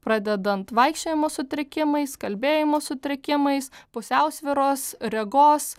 pradedant vaikščiojimo sutrikimais kalbėjimo sutrikimais pusiausvyros regos